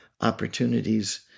opportunities